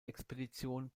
expedition